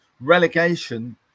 relegation